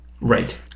Right